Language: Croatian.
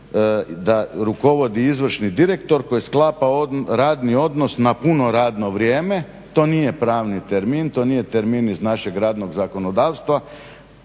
rukovodi izvršni direktor koji sklapa radni odnos na puno radno vrijeme. To nije pravni termin, to nije termin iz našeg radnog zakonodavstva